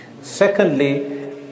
Secondly